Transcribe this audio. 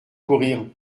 courir